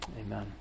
Amen